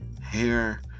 hair